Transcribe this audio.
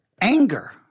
Anger